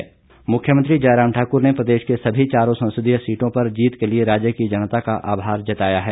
च्नाव प्रतिक्रिया मुख्यमंत्री जयराम ठाकुर ने प्रदेश के सभी चारों संसदीय सीटों पर जीत के लिए राज्य की जनता का आभार जताया है